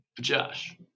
Josh